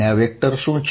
આ વેક્ટર શું છે